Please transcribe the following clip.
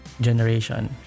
generation